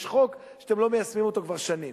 יש חוק שאתם לא מיישמים אותו כבר שנים.